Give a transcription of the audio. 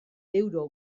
euro